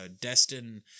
Destin